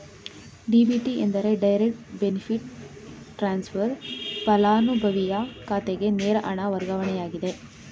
DBT ಎಂದರೆ direct benefit transfer, ಪಲಾನುಭವಿಯ ಖಾತೆಗೆ ನೇರ ಹಣ ವರ್ಗಾವಣೆಯಾಗಿದೆ